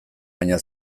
baina